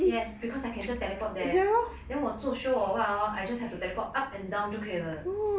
yes because I can just teleport there then 我做 show or what hor I can just teleport up and down 就可以了